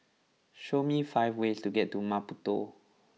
show me five ways to get to Maputo